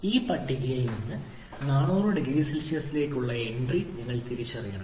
ഈ പട്ടികയിൽ നിന്ന് 400 0 സിയിലേക്കുള്ള എൻട്രി നിങ്ങൾ തിരിച്ചറിയണം